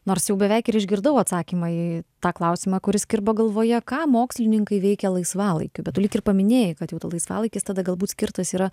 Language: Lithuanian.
nors jau beveik ir išgirdau atsakymą į tą klausimą kuris kirba galvoje ką mokslininkai veikia laisvalaikiu bet tu lyg ir paminėjai kad jau ta laisvalaikis tada galbūt skirtas yra